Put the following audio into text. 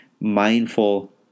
mindful